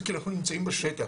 כי אנחנו נמצאים בשטח,